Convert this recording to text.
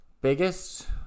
Biggest